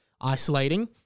isolating